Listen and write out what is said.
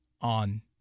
on